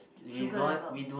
sugar level